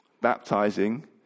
baptizing